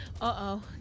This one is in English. Uh-oh